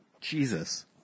Jesus